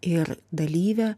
ir dalyve